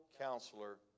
counselor